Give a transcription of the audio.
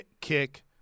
kick